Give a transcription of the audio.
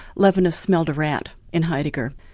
levinas smelled a rat in heidegger.